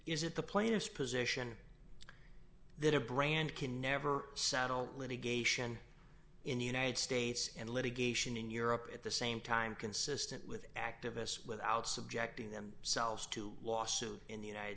is it the players position that a brand can never settle litigation in the united states and litigation in europe at the same time consistent with activists without subjecting themselves to a lawsuit in the united